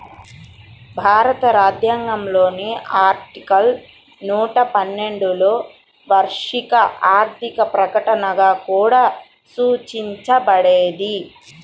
భారత రాజ్యాంగంలోని ఆర్టికల్ నూట పన్నెండులోవార్షిక ఆర్థిక ప్రకటనగా కూడా సూచించబడేది